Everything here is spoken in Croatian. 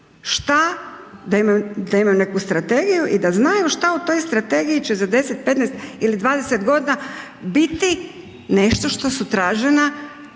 što da imaju neku strategiju i da znaju što u toj strategiji će za 10, 15 ili 20 godina biti nešto što su tražena